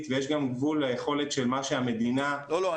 ויש גם גבול ליכולת של מה שהמדינה --- לא,